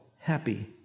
happy